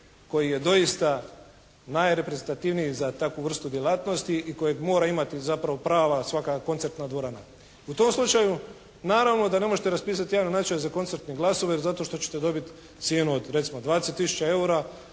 koji je doista najreprezentativniji za takvu vrstu djelatnosti i kojeg mora imati zapravo prava svaka koncertna dvorana. U tom slučaju naravno da ne možete raspisati javne natječaje za koncertni glasovir zato što ćete dobiti cijenu od recimo 20 tisuća